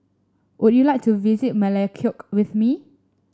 would you like to visit Melekeok with me